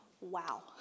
Wow